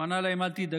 הוא ענה להם: אל תדאגו,